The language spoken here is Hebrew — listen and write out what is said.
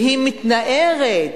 והיא מתנערת,